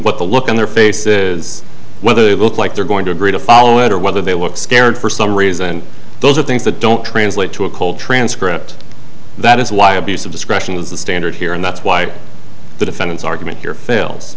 what the look on their faces whether they look like they're going to agree to follow it or whether they were scared for some reason those are things that don't translate to a cold transcript that is why abuse of discretion is the standard here and that's why the defendants argument here fails